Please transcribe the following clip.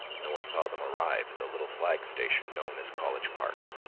no one saw them arrive at the little flag station known as college park.